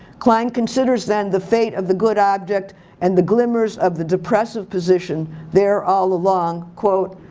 klein considers then the fate of the good object and the glimmers of the depressive position there all along, quote,